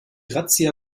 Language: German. razzia